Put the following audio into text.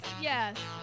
yes